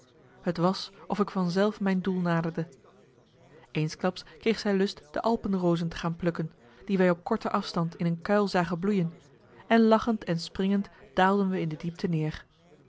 t was of ik van zelf mijn doel naderde eensklaps kreeg zij lust de alpenrozen te gaan plukken die wij op korte afstand in een kuil zagen bloeien en lachend en springend daalden we in de diepte neer